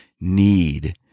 need